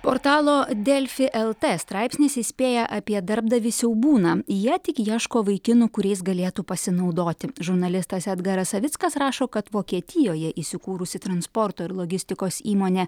portalo delfi lt straipsnis įspėja apie darbdavį siaubūną jie tik ieško vaikinų kuriais galėtų pasinaudoti žurnalistas edgaras savickas rašo kad vokietijoje įsikūrusi transporto ir logistikos įmonė